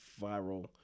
viral